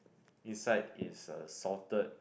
inside is a salted